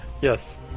Yes